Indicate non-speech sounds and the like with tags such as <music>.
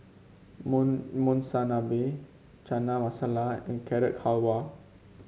<unintelligible> Monsunabe Chana Masala and Carrot Halwa